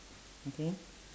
okay